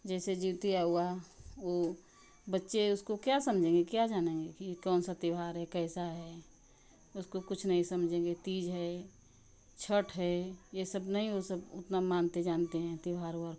जैसे जिताया हुआ वह बच्चे उसको क्या समझेंगे क्या जानेंगे कि कौनसा त्यौहार है कैसा है उसको कुछ नहीं समझेंगे तीज है छठ है ये सब नहीं उतना मानते जानते हैं त्यौहार व्यौहार को